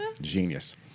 Genius